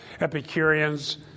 Epicureans